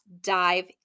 dive